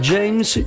James